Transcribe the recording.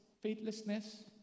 faithlessness